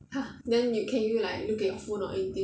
!huh! then you can you like look at your phone or anything